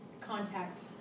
contact